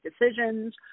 decisions